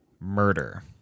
murder